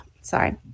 sorry